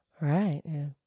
Right